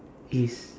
is